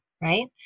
right